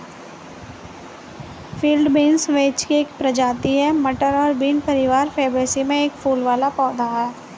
field beans vetch की एक प्रजाति है, मटर और बीन परिवार फैबेसी में एक फूल वाला पौधा है